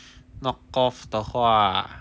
knockoff 的话